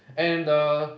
and err